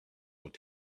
were